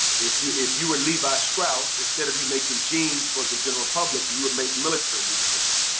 if you if you were levi-strauss, instead of you making jeans for the general public, you would make military uniforms.